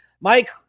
Mike